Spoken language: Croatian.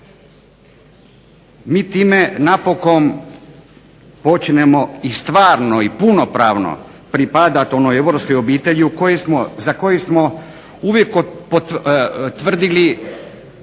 Mi time napokon počinjemo i stvarno i punopravno pripadati onoj europskoj obitelji za koju smo uvijek tvrdili